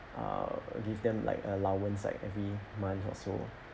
err give them like allowance like every month or so